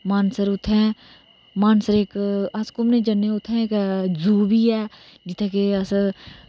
मानसर उत्थै मानसर इक अस घूमने गी जन्ने आं जित्थै कि इक जो बी है जित्थै कि अस